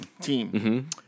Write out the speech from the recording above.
team